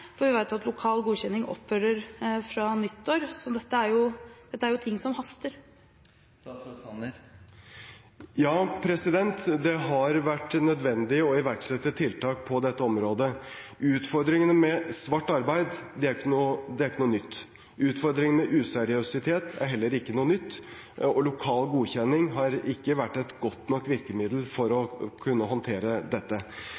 Vi vet jo at lokal godkjenning opphører fra nyttår, så dette er ting som haster. Det har vært nødvendig å iverksette tiltak på dette området. Utfordringene med svart arbeid er ikke noe nytt. Utfordringene med useriøsitet er heller ikke noe nytt. Lokal godkjenning har ikke vært et godt nok virkemiddel for å kunne håndtere dette.